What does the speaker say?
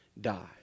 die